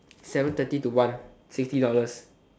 seven thirty to one sixty dollars